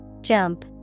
Jump